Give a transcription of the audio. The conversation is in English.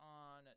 on